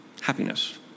happiness